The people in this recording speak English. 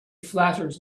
flatters